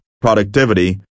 productivity